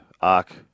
ARC